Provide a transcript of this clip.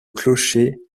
clocher